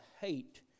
hate